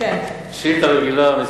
לשאילתא הבאה על סדר-היום,